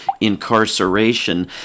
Incarceration